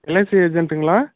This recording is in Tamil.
எல்ஐசி ஏஜெண்ட்டுங்களா